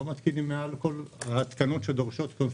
לא מתקינים את כל ההתקנות שדורשות קונסטרוקציות,